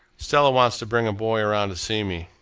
stella wants to bring a boy around to see me.